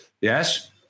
Yes